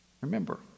remember